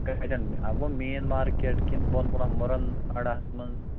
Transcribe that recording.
کَتٮ۪ن اَکھ گوٚو مین مارکیٹ کِنہٕ بۄن کُنَتھ مُرَن اَڈَہَس منٛزٕ